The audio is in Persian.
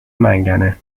منگنه